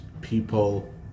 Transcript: people